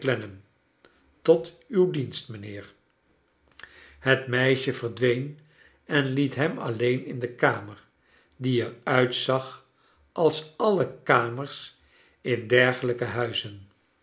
tot uw dienst mijnheer het meisje verdween en liet hem alleen in de kamer die er uitzag als alle kamers in dergelijke huizen